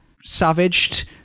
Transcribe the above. savaged